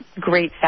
great